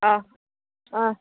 अह अह